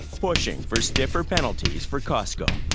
pushing for stiffer penalties for costco.